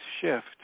shift